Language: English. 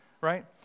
right